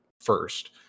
first